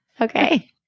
Okay